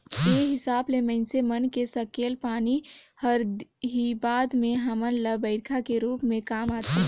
ए हिसाब ले माइनसे मन के सकेलल पानी हर ही बाद में हमन ल बईरखा के रूप में काम आथे